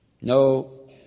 No